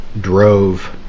drove